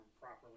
properly